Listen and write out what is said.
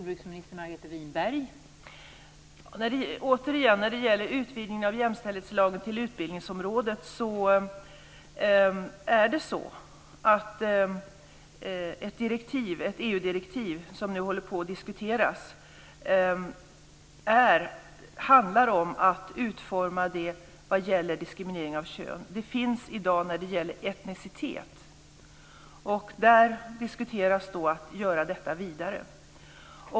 Fru talman! När det gäller utvidgningen av jämställdhetslagen till utbildningsområdet finns det ett EU-direktiv som nu diskuteras. Det handlar om att utforma det när det gäller diskriminering av kön. Det finns i dag när det gäller etnicitet. Där diskuteras att göra detta vidare.